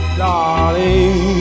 darling